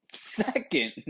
second